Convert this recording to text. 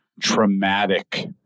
traumatic